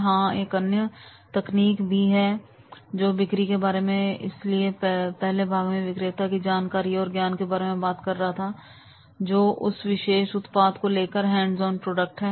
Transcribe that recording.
हां एक अन्य तकनीक दी है जो बिक्री के बारे में है इसलिए पहले भाग में विक्रेता की जानकारी और ज्ञान के बारे में बात कर रहा था जो उसे एक विशेष उत्पाद को लेकर हैं और हैंड्स ऑन प्रोडक्ट है